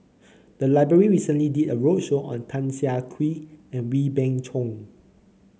the library recently did a roadshow on Tan Siah Kwee and Wee Beng Chong